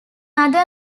other